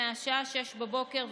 מהשעה 6:00 בבוקר,